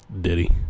Diddy